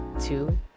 Two